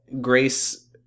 grace